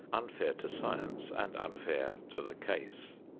unfair to science, and unfair to the case.